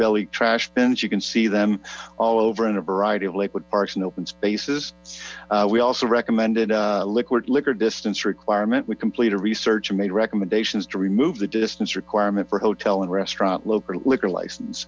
belly trash bins you can see them all over in a variety of lakewood parks and open spaces we also recommended liquid liquor distance requirement we complete a research made recommendations to remove the distance requirement for hotel and restaurant local liquor license